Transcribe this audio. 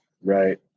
right